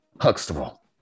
Huxtable